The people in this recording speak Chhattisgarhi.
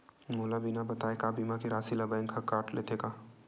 मोला बिना बताय का बीमा के राशि ला बैंक हा कत लेते का?